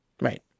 Right